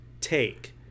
take